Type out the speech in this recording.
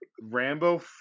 Rambo